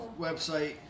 website